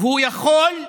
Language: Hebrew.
והוא יכול,